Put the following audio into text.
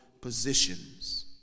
positions